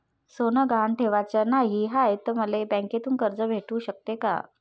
सोनं गहान ठेवाच नाही हाय, त मले बँकेतून कर्ज भेटू शकते का?